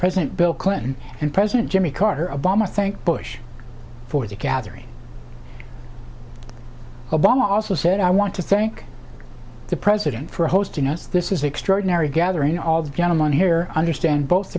president bill clinton and president jimmy carter a bomber thank bush for the gathering obama also said i want to thank you the president for hosting us this is an extraordinary gathering all the gentleman here understand both